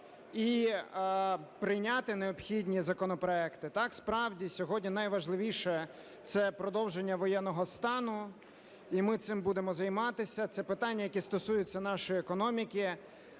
і прийняти необхідні законопроекти. Так, справді, сьогодні найважливіше – це продовження воєнного стану, і ми цим будемо займатися, це питання, які стосуються нашої економіки.